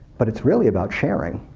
but it's really about sharing